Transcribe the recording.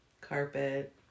carpet